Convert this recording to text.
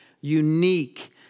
unique